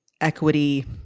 equity